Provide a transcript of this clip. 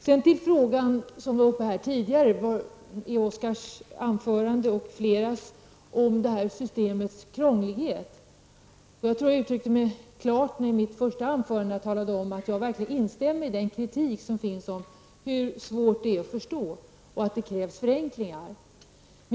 Så några ord om en fråga som har tagits upp tidigare, bl.a. i Oskar Lindkvists anförande. Det handlar om systemets krånglighet. Jag tror att jag uttryckte mig klart i mitt första anförande. Jag sade ju att jag verkligen instämmer i kritiken om hur svårt det är att förstå dessa saker. Vidare pekade jag på att det krävs förenklingar.